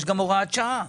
יש גם הוראת שעה.